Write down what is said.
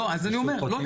לא נראה לי שזה קשור